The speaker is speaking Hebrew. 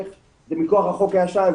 זה מכוח החוק הישן,